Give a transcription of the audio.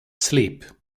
sleep